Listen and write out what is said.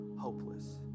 hopeless